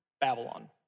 Babylon